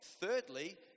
Thirdly